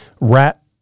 rat